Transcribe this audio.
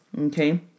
okay